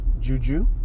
Juju